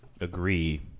agree